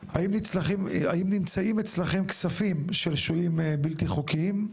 האם נמצאים אצלכם כספים של שוהים בלתי חוקיים?